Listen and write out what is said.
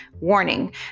Warning